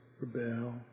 Rebel